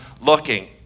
looking